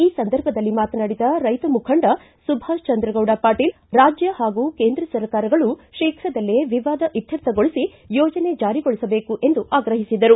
ಈ ಸಂದರ್ಭದಲ್ಲಿ ಮಾತನಾಡಿದ ರೈತ ಮುಖಂಡ ಸುಭಾಶಚಂದ್ರಗೌಡ ಪಾಟೀಲ್ ರಾಜ್ಯ ಹಾಗೂ ಕೇಂದ್ರ ಸರ್ಕಾರಗಳು ಶೀಘ್ರ ವಿವಾದ ಇತ್ತರ್ಥಗೊಳಿಸಿ ಯೋಜನೆ ಜಾರಿಗೊಳಿಸಬೇಕು ಎಂದು ಆಗ್ರಹಿಸಿದರು